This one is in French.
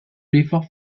l’effort